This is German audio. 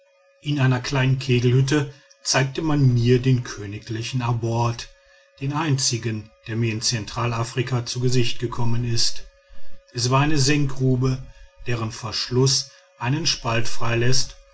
in einer kleinen kegelhütte zeigte man mir den königlichen abort den einzigen der mir in zentralafrika zu gesicht gekommen ist es war eine senkgrube deren verschluß einen spalt freiläßt